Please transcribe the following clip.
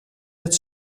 het